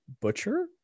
butcher